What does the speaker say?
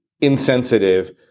insensitive